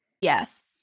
Yes